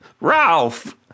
Ralph